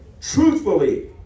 Truthfully